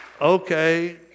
okay